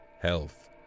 health